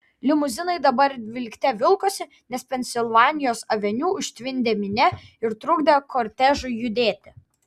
limuzinai dabar vilkte vilkosi nes pensilvanijos aveniu užtvindė minia ir trukdė kortežui judėti